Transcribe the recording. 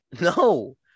No